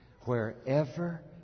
wherever